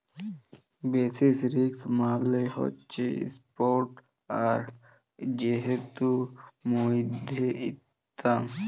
basis risk মালে হছে ইস্প্ট আর হেজের মইধ্যে তফাৎ